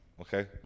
Okay